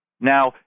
Now